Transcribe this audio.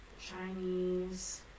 Chinese